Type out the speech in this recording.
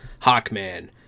Hawkman